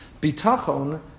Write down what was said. Bitachon